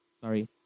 sorry